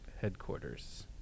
headquarters